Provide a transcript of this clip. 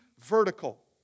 vertical